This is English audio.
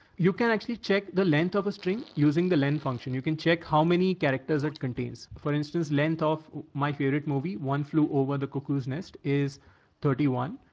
you can actually check the lent of a string using the len function. you can check how many characters it contains. for instance, lent off my favorite movie, one flew over the cuckoo's nest is thirty one.